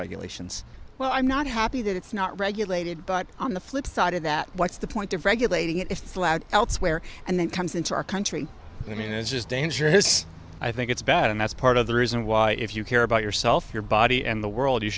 regulations well i'm not happy that it's not regulated but on the flip side of that what's the point of regulating it if it's loud elsewhere and then comes into our country it is dangerous i think it's bad and that's part the reason why if you care about yourself your body and the world you